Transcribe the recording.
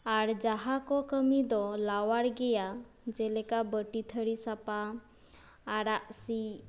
ᱟᱨ ᱡᱟᱦᱟᱸ ᱠᱚ ᱠᱟᱹᱢᱤ ᱫᱚ ᱞᱟᱣᱭᱟᱨ ᱜᱮᱭᱟ ᱡᱮᱞᱮᱠᱟ ᱵᱟᱹᱴᱤ ᱛᱷᱟᱹᱨᱤ ᱥᱟᱯᱷᱟ ᱟᱲᱟᱜ ᱥᱤᱫ